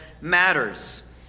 matters